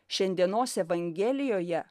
šiandienos evangelijoje